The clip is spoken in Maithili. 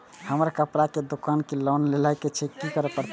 हमर कपड़ा के दुकान छे लोन लेनाय छै की करे परतै?